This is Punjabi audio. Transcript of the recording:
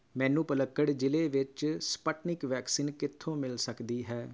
ਮੈਨੂੰ ਪਲੱਕੜ ਜ਼ਿਲ੍ਹੇ ਵਿੱਚ ਸਪੁਟਨਿਕ ਵੈਕਸੀਨ ਕਿੱਥੋਂ ਮਿਲ ਸਕਦੀ ਹੈ